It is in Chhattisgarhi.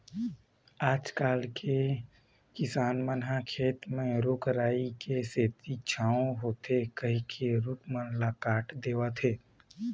आजकल के किसान मन ह खेत म रूख राई के सेती छांव होथे कहिके रूख मन ल काट देवत हें